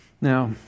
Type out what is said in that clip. Now